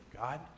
God